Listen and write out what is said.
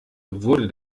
wurde